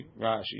Rashi